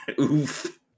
Oof